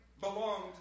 belonged